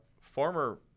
former